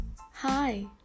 Hi